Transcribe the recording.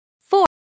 Four